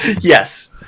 Yes